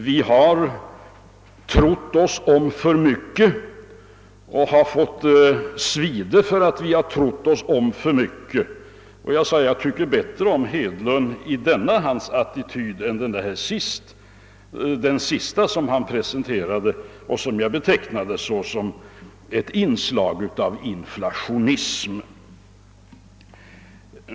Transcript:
Vi har trott oss om för mycket och vi har fått lida för detta. Jag tycker bättre om herr Hedlund i denna hans attityd än i den han senast presenterade och vilken jag ansåg ha ett inslag av inflationism.